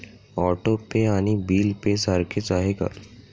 Auto pay आणि bill pay सारखेच आहे का?